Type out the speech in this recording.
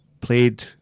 played